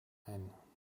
ein